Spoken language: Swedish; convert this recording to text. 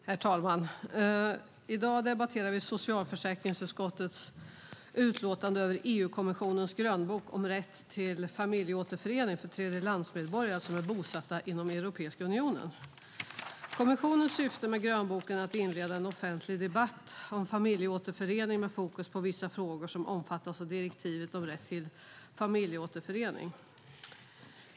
Herr talman! I dag debatterar vi socialförsäkringsutskottets utlåtande över EU-kommissionens grönbok om rätt till familjeåterförening för tredjelandsmedborgare som är bosatta inom Europeiska unionen. Kommissionens syfte med grönboken är att inleda en offentlig debatt om familjeåterförening med fokus på vissa frågor som omfattas av direktivet om rätt till familjeåterförening.